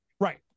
Right